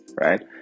Right